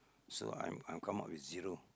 so I'm I'm come up with zero